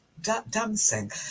dancing